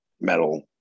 metal